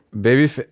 baby